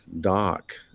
doc